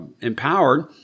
empowered